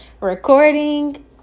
recording